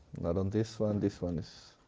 not on this one this one is